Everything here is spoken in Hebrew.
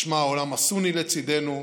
משמע, העולם הסוני לצידנו,